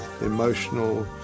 emotional